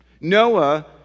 noah